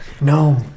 No